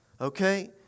Okay